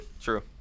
True